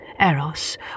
Eros